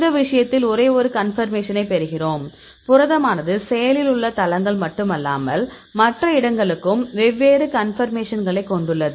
இந்த விஷயத்தில் ஒரே ஒரு கன்பர்மேஷன்னை பெறுகிறோம் புரதமானது செயலில் உள்ள தளங்கள் மட்டுமல்லாமல் மற்ற இடங்களுக்கும் வெவ்வேறு கன்பர்மேஷன்களைக் கொண்டுள்ளது